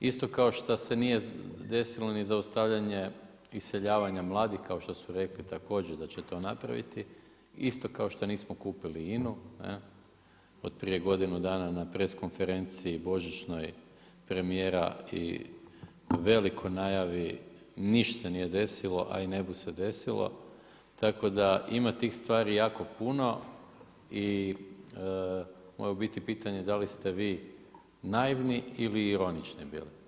Isto kao što se nije desilo ni zaustavljanje iseljavanje mladih kao što su rekli također da će to napraviti, isto kao što nismo kupili INA-u, od prije godine dana na press konferenciji božićnoj premijera i u velikoj najavi niš' se nije desilo, a i ne bu se desilo, tako da ima tih stvari jako puno i moje u biti pitanje da li ste vi naivni ili ironični bili?